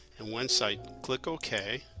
and once i click okay,